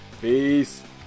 Peace